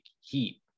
heat